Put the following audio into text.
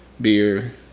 beer